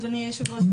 אדוני היושב-ראש,